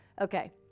okay